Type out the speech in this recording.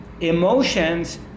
emotions